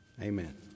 amen